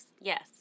Yes